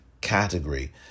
category